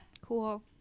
cool